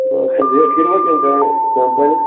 rate کٔرۍوا کیٚنٛہہ کَم پَہم